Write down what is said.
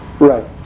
right